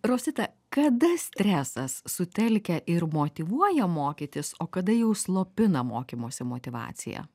rosita kada stresas sutelkia ir motyvuoja mokytis o kada jau slopina mokymosi motyvaciją